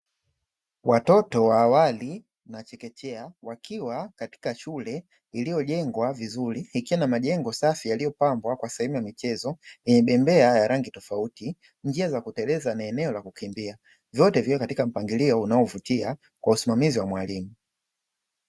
Watoto wa awali na chekechea wakiwa katika shule, iliyojengwa vizuri ikiwa na majengo safi, yaliyopambwa kwa sehemu ya michezo yenye bembea ya rangi tofauti, njia za kuteleza na eneo la kukimbia vyote vipo katika mpangilio unaovutia kwa usimamizi wa mwalimu.